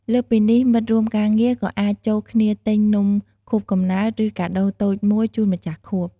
លើសពីនេះ មិត្តរួមការងារក៏អាចចូលគ្នាទិញ នំខួបកំណើត ឬ កាដូរតូចមួយ ជូនម្ចាស់ខួប។